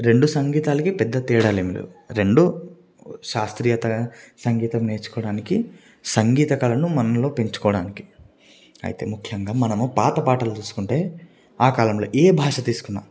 రెండు సంగీతాలకి పెద్ద తేడాలేమి లేవు రెండూ శాస్త్రీయత సంగీతం నేర్చుకోవడానికి సంగీత కళను మనలో పెంచుకోవడానికి అయితే ముఖ్యంగా మనము పాత పాటలు చూసుకుంటే ఆ కాలంలో ఏ భాష తీసుకున్నా